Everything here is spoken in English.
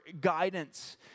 guidance